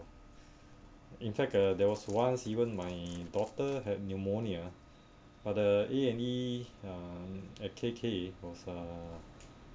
in fact uh there was once even my daughter had pneumonia but the A&E uh at K_K was uh